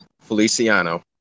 Feliciano